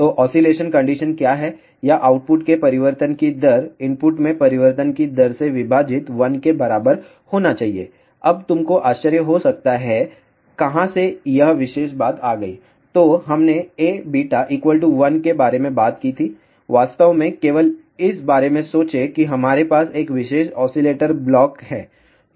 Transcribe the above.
तो oscillation condition क्या है यह आउटपुट के परिवर्तन की दर इनपुट में परिवर्तन की दर से विभाजित 1 के बराबर होना चाहिएअब तुम को आश्चर्य हो सकता है कहाँ से यह विशेष बात आ गया है तो हमने Aβ 1 के बारे में बात की थी वास्तव में केवल इस बारे में सोचें कि हमारे पास एक विशेष ऑसीलेटर ब्लॉक है